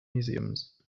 museums